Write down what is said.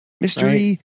Mystery